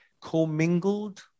commingled